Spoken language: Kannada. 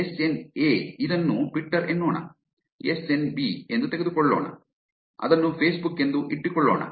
ಎಸ್ಎನ್ ಎ ಇದನ್ನು ಟ್ವಿಟ್ಟರ್ ಎನ್ನೋಣ ಎಸ್ಎನ್ ಬಿ ಎಂದು ತೆಗೆದುಕೊಳ್ಳೋಣ ಅದನ್ನು ಫೇಸ್ಬುಕ್ ಎಂದು ಇಟ್ಟುಕೊಳ್ಳೋಣ